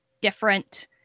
different